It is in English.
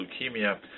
leukemia